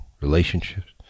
relationships